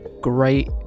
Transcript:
great